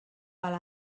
alt